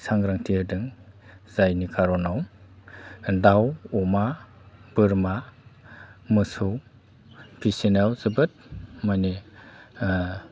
सांग्रांथि होदों जायनि खारनाव दाउ अमा बोरमा मोसौ फिसिनायाव जोबोद मानि